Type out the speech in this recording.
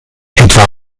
etwa